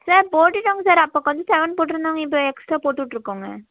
sir போட்டுட்டோங்க sir அப்போ கொஞ்சம் செவன் போட் இருந்தாங்க இப்போ எக்ஸ்ட்ரா போட்டுவிட் இருக்கோங்க